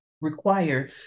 require